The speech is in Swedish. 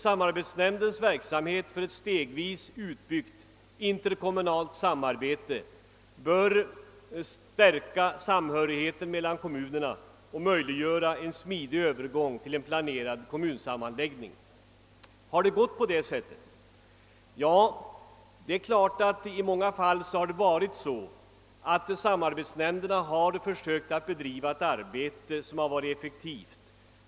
Samarbetsnämndens verksamhet för ett stegvis uppbyggt interkommunalt samarbete bör stärka samhörigheten mellan kommunerna och möjliggöra en smidig övergång till en planerad kommunsammanläggning, ansåg han. Har det gått på det sättet? I många fall har samarbetsnämnderna försökt bedriva ett arbete som varit effektivt.